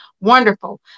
wonderful